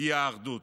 היא האחדות.